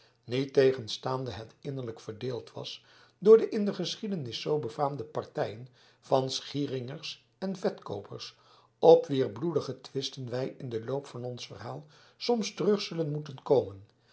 niettegenstaande het innerlijk verdeeld was door de in de geschiedenis zoo befaamde partijen van schieringers en vetkoopers op wier bloedige twisten wij in den loop van ons verhaal soms terug zullen moeten komen